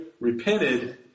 repented